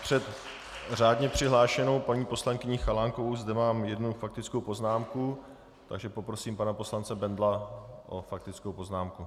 Před řádně přihlášenou paní poslankyní Chalánkovou zde mám jednu faktickou poznámku, takže poprosím pana poslance Bendla o faktickou poznámku.